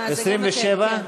27?